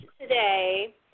today